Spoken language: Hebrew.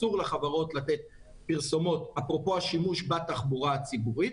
אסור לחברות לתת פרסומות אפרופו השימוש בתחבורה הציבורית,